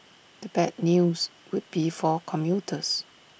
the bad news would be for commuters